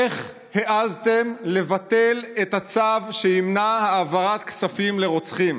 איך העזתם לבטל את הצו שימנע העברת כספים לרוצחים?